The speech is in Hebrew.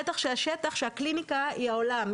בטח כשהקליניקה היא העולם,